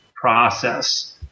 process